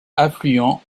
affluent